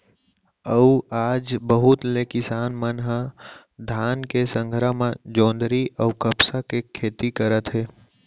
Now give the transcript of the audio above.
अउ आज बहुत ले किसान मन ह धान के संघरा म जोंधरी अउ कपसा के खेती करत हे